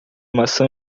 maçã